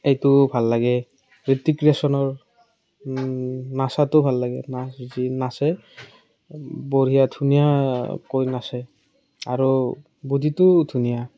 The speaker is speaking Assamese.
এইটো ভাল লাগে হৃত্তিক ৰোশনৰ নাচাটো ভাল লাগে নাচাটো যি নাচে বঢ়িয়া ধুনীয়াকৈ নাচে আৰু বডিটোও ধুনীয়া